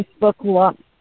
Facebook